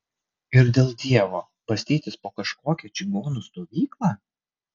ir dėl dievo bastytis po kažkokią čigonų stovyklą